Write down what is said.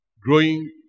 Growing